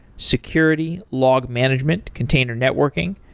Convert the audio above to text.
security, log management, container networking,